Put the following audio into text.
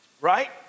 Right